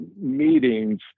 meetings